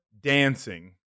Dancing